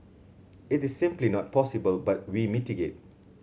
it is simply not possible but we mitigate